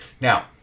Now